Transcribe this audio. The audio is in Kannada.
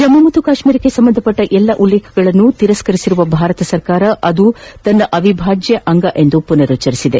ಜಮ್ನು ಮತ್ತು ಕಾತ್ನೀರಕ್ಕೆ ಸಂಬಂಧಿಸಿದ ಎಲ್ಲ ಉಲ್ಲೇಖಗಳನ್ನೂ ತಿರಸ್ತರಿಸಿರುವ ಭಾರತ ಅದು ತನ್ನ ಅವಿಭಾಜ್ಯ ಅಂಗ ಎಂದು ಪುನರುಚ್ಹರಿಸಿದೆ